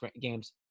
games